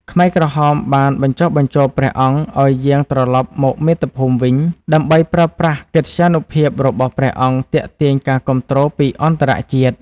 ខ្មែរក្រហមបានបញ្ចុះបញ្ចូលព្រះអង្គឱ្យយាងត្រឡប់មកមាតុភូមិវិញ ដើម្បីប្រើប្រាស់កិត្យានុភាពរបស់ព្រះអង្គទាក់ទាញការគាំទ្រពីអន្តរជាតិ។